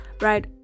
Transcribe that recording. right